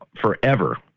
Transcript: forever